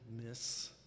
miss